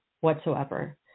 whatsoever